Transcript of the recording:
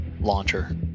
launcher